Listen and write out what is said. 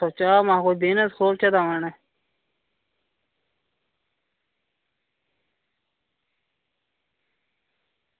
सोचेआ हा महां कोई बिज़नेस खोह्लचै दमें जनें